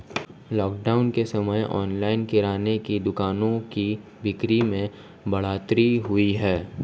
lockdown के समय online किराने की दुकानों की बिक्री में बढ़ोतरी हुई है